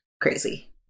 crazy